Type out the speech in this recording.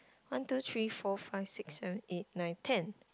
one two three four five six seven eight nine ten